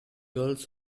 girls